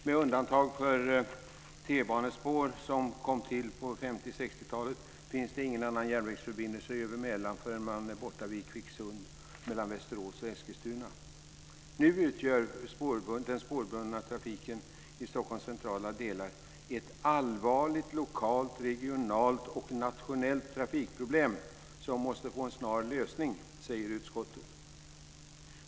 Med undantag för T-banespår som kom till på 50 och 60-talen finns det ingen järnvägsförbindelse över Mälaren förrän man är borta vid Nu utgör den spårbundna trafiken i Stockholms centrala delar ett allvarligt lokalt, regionalt och nationellt trafikproblem som måste få en snar lösning, säger utskottet.